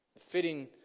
Fitting